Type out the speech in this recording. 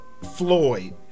Floyd